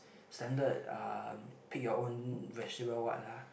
standard uh pick your own vegetable what lah